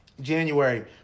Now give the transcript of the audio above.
January